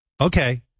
Okay